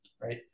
right